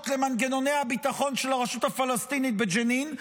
למנגנוני הביטחון של הרשות הפלסטינית בג'נין,